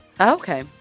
Okay